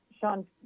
Sean